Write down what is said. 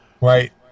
Right